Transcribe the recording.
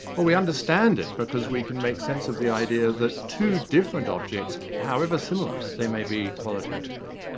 we understand it because we can make sense of the idea that two different objects, however similar they may be qualitatively,